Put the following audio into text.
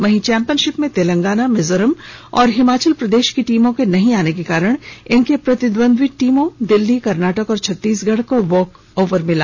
वही चैंपियनशिप में तेलंगाना मिजोरम और हिमाचल प्रदेश की टीमों के नहीं आने के कारण इनके प्रतिद्वंद्वी टीम दिल्ली कर्नाटक और छत्तीसगढ़ को वाक ओवर मिला